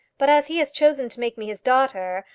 but as he has chosen to make me his daughter,